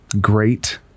great